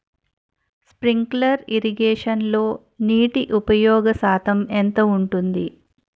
Sprinkler ఇరగేషన్లో నీటి ఉపయోగ శాతం ఎంత ఉంటుంది?